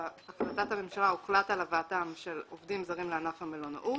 בהחלטת הממשלה הוחלט על הבאתם של עובדים זרים לענף המלונאות,